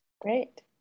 Great